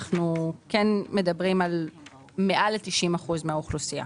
אנחנו כן מדברים על מעל ל-90% מהאוכלוסייה,